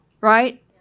right